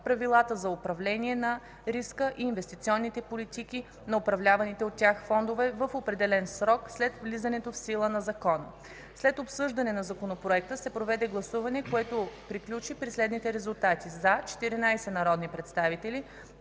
правилата за управление на риска и инвестиционните политики на управляваните от тях фондове в определен срок след влизането в сила на Закона. След обсъждане на Законопроекта се проведе гласуване, което приключи при следните резултати: „за” 14 народни представители,